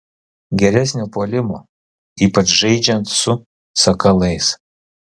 geresnio puolimo ypač žaidžiant su sakalais